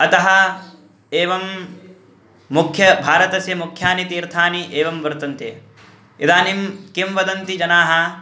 अतः एवं मुख्य भारतस्य मुख्यानि तीर्थानि एवं वर्तन्ते इदानीं किं वदन्ति जनाः